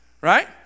right